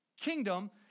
kingdom